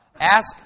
ask